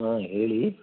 ಹಾಂ ಹೇಳಿ